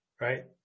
right